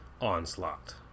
Onslaught